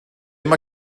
mae